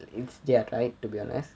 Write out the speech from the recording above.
it's their right to be honest